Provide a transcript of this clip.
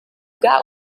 got